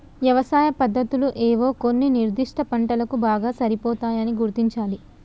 యవసాయ పద్దతులు ఏవో కొన్ని నిర్ధిష్ట పంటలకు బాగా సరిపోతాయని గుర్తించాలి